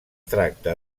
tracta